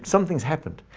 something's happened.